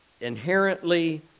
inherently